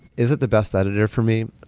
is it the best editor for me?